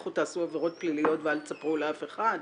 לכו תעשו עבירות פליליות ואל תספרו לאף אחד?